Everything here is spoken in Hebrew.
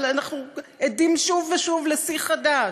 אבל אנחנו עדים שוב ושוב לשיא חדש.